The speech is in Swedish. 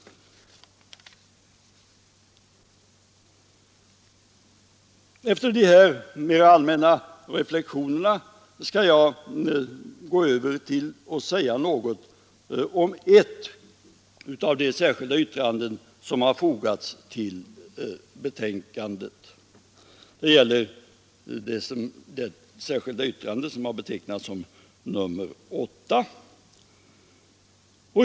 Efter dessa mera allmänna reflexioner skall jag gå över till att säga något om ett av de särskilda yttranden som har fogats vid betänkandet. Det gäller det särskilda yttrande som har betecknats som nr 8.